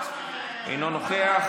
אינו נוכח,